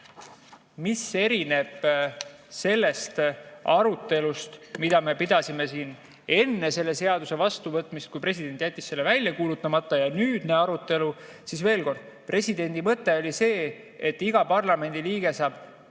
mis erineb sellest arutelust, mida me pidasime siin enne selle seaduse vastuvõtmist, kui president jättis selle välja kuulutamata, ja nüüdne arutelu. Veel kord: presidendi mõte oli see, et iga parlamendiliige saaks